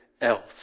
else